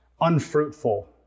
unfruitful